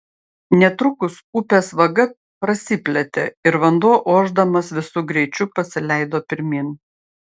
netrukus upės vaga prasiplėtė ir vanduo ošdamas visu greičiu pasileido pirmyn